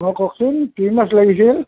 অঁ কওকচোন কি মাছ লাগিছিল